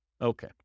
Okay